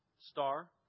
Star